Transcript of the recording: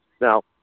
Now